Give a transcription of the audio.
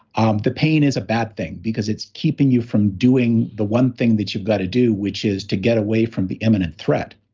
um the pain is a bad thing because it's keeping you from doing the one thing that you've got to do, which is to get away from the imminent threat.